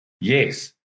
Yes